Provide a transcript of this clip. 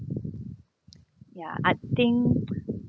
ya I think